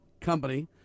company